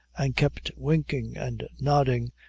and kept winking and nodding,